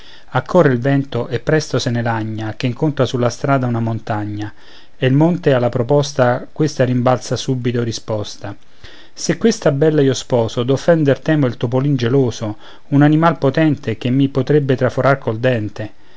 accorre il vento e presto se ne lagna ché incontra sulla strada una montagna e il monte alla proposta questa rimbalza subita risposta se questa bella io sposo d'offender temo il topolin geloso un animal potente che mi potrebbe traforar col dente